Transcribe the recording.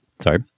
Sorry